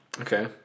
Okay